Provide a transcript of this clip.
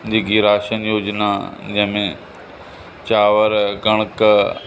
जेकी राशन योजना जंहिंमें चांवर कणिक